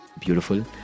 beautiful